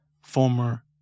former